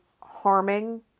harming